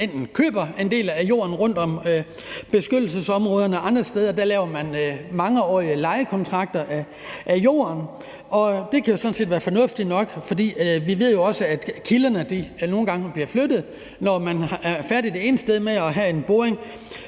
man køber en del af jorden rundt om beskyttelsesområderne, og andre steder laver man mangeårige lejekontrakter på jorden, og det kan sådan set være fornuftigt nok, for vi ved jo også, at kilderne nogle gange bliver flyttet. Når man er færdig med at have en boring